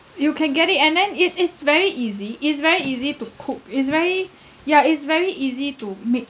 you can get it and then it is very easy it's very easy to cook it's very ya it's very easy to make